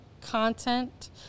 content